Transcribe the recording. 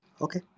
Okay